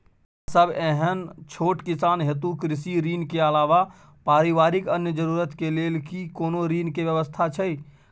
हमरा सब एहन छोट किसान हेतु कृषि ऋण के अलावा पारिवारिक अन्य जरूरत के लेल की कोनो ऋण के व्यवस्था छै?